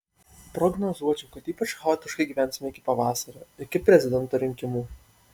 prognozuočiau kad ypač chaotiškai gyvensime iki pavasario iki prezidento rinkimų